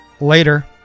Later